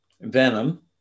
Venom